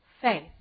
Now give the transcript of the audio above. faith